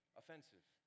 offensive